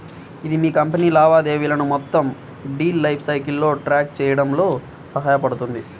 ఇది మీ కంపెనీ లావాదేవీలను మొత్తం డీల్ లైఫ్ సైకిల్లో ట్రాక్ చేయడంలో సహాయపడుతుంది